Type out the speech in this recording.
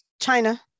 China